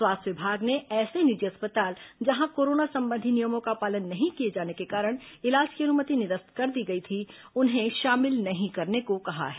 स्वास्थ्य विभाग ने ऐसे निजी अस्पताल जहां कोरोना संबंधी नियमों का पालन नहीं किए जाने के कारण इलाज की अनुमति निरस्त कर दी गई थी उन्हें शामिल नहीं करने को कहा है